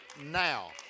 now